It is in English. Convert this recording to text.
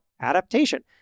adaptation